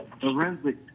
forensic